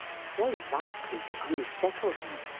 so likely to unsettle him!